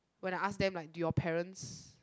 when I ask them like do your parents